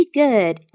good